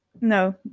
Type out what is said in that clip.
No